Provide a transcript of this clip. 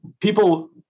people